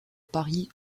paris